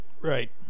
Right